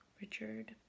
Richard